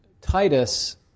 Titus